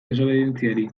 desobeditzeari